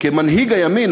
כמנהיג הימין,